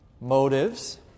motives